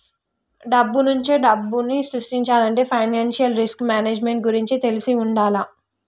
డబ్బునుంచే డబ్బుని సృష్టించాలంటే ఫైనాన్షియల్ రిస్క్ మేనేజ్మెంట్ గురించి తెలిసి వుండాల